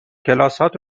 کلاسهات